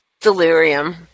delirium